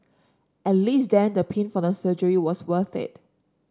at least then the pain from the surgery was worth it